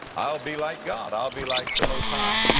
i'll be like god. i'll be like the most high.